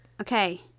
Okay